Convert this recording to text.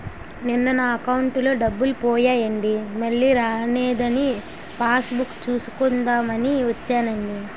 నిన్న నా అకౌంటులో డబ్బులు పోయాయండి మల్లీ రానేదని పాస్ బుక్ సూసుకుందాం అని వచ్చేనండి